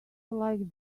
like